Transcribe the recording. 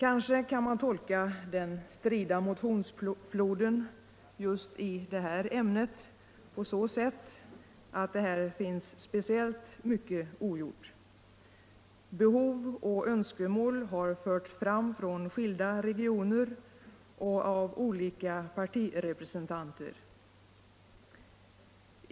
Kanske kan man tolka den strida motionsfloden just i detta ämne på så sätt att det här finns speciellt mycket ogjort. Behov och önskemål har förts fram från skilda regioner och av olika partirepresentanter.